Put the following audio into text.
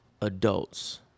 adults